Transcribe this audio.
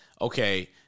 okay